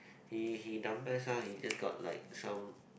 he he down pes ah he just got like some